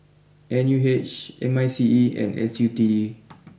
N U H M I C E and S U T D